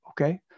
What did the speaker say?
okay